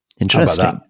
interesting